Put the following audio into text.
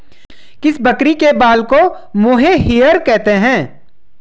किस बकरी के बाल को मोहेयर कहते हैं?